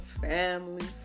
family